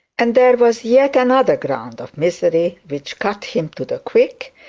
and there was yet another ground of misery which cut him to the quick,